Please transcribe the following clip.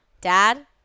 dad